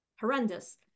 horrendous